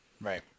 Right